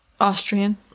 Austrian